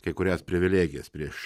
kai kurias privilegijas prieš